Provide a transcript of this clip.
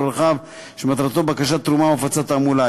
הרחב ומטרתו בקשת תרומה או הפצת תעמולה.